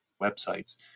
websites